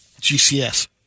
GCS